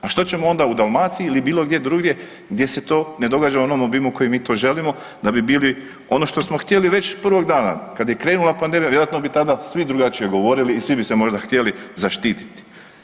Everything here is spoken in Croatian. A što ćemo onda u Dalmaciji ili bilo gdje drugdje gdje se to ne događa u onom obimu koji mi to želimo da bi bili ono što smo htjeli već od prvog dana kad je krenula pandemija, vjerojatno bi tada svi drugačije govorili i svi bi se možda htjeli zaštiti.